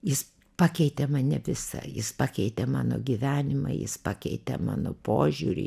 jis pakeitė mane visą jis pakeitė mano gyvenimą jis pakeitė mano požiūrį